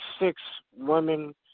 six-women